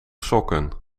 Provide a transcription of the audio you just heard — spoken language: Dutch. sokken